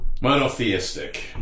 monotheistic